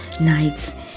nights